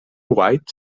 white